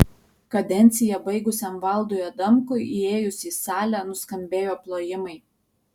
kadenciją baigusiam valdui adamkui įėjus į salę nuskambėjo plojimai